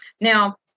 Now